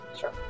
sure